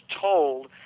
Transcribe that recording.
told